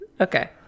Okay